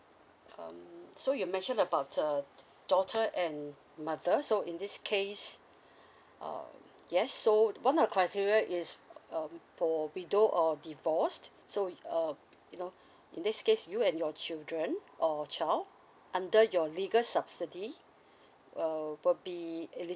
um so you mentioned about a daughter and mother so in this case uh yes so out of the criteria is um for widow or divorced so uh you know in this case you and your children or child under your legal subsidy will probably eligible